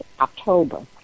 October